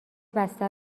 بسته